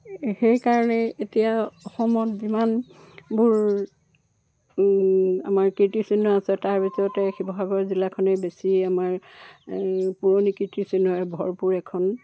সেইকাৰণে এতিয়া অসমত যিমানবোৰ আমাৰ কীৰ্তিচিহ্ন আছে তাৰপিছতে শিৱসাগৰ জিলাখনেই বেছি আমাৰ পুৰণি কীৰ্তিচিহ্নৰে ভৰপূৰ এখন